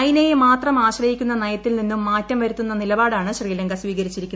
ചൈനയെ മാത്രം ആശ്രയിക്കുന്ന നയത്തിൽ നിന്നും മാറ്റം വരുത്തുന്ന നിലപാടാണ് ശ്രീലങ്ക സ്വീകരിച്ചിരിക്കുന്നത്